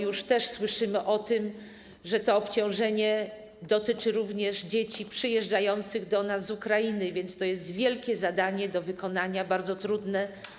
Już słyszymy też o tym, że to obciążenie dotyczy również dzieci przyjeżdżających do nas z Ukrainy, więc to jest wielkie zadanie do wykonania, bardzo trudne.